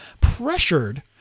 pressured